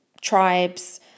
tribes